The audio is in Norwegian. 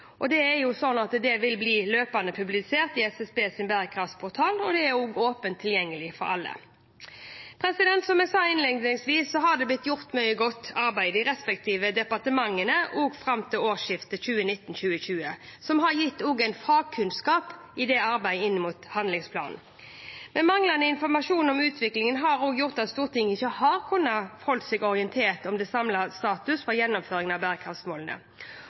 vil bli publisert løpende i SSBs bærekraftsportal og er åpent tilgjengelig for alle. Som jeg sa innledningsvis, har det blitt gjort mye godt arbeid i de respektive departementene også fram til årsskiftet 2019/2020 som har gitt fagkunnskap i arbeidet med handlingsplanen, men manglende informasjon om utviklingen har gjort at Stortinget ikke har kunnet holde seg orientert om den samlede status for gjennomføringen av bærekraftsmålene.